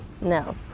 No